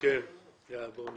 --- בואו נתקדם.